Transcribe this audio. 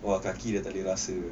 !wah! kaki dah tak boleh rasa